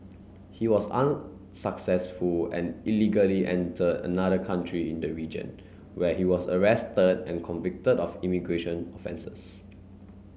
he was unsuccessful and illegally entered another country in the region where he was arrested and convicted of immigration offences